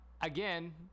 Again